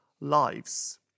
lives